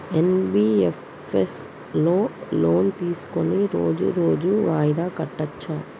NBFS లో loan తీస్కొని రోజు రోజు వాయిదా కట్టచ్ఛా?